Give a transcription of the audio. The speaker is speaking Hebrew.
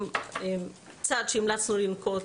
צעד שהמלצנו לנקוט